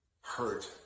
hurt